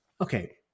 okay